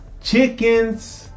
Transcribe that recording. chickens